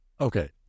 Okay